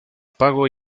pago